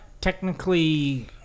technically